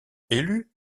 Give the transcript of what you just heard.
élu